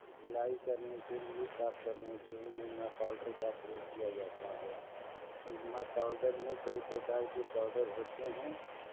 धुलाई करने के लिये साफ करने के निरमा पाउडर का प्रयोग किया जाता है निरमा पाउडर में कई प्रकार के पाउडर होते हैं